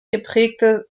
geprägte